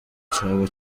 cyaba